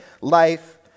life